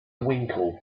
winkle